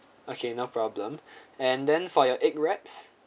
okay no problem and then for your egg wraps